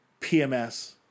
PMS